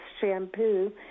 shampoo